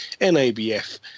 NABF